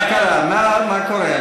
מה קרה?